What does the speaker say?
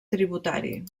tributari